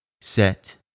set